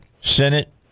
Senate